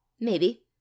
Maybe